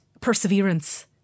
perseverance